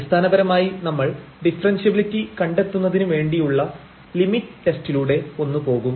അടിസ്ഥാനപരമായി നമ്മൾ ഡിഫറെൻഷ്യബിലിറ്റി കണ്ടെത്തുന്നതിനു വേണ്ടിയുള്ള ലിമിറ്റ് ടെസ്റ്റിലൂടെ ഒന്ന് പോകും